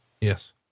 Yes